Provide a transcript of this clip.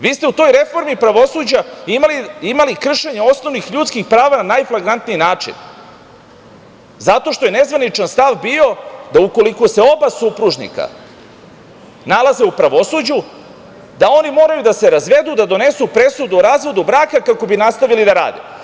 Vi ste u toj reformi pravosuđa imali kršenje osnovnih ljudskih prava na najflagrantniji način zato što je nezvaničan stav bio da ukoliko se oba supružnika nalaze u pravosuđu da oni moraju da se razvedu, da donesu presudu o razvodu braka kako bi nastavili da rade.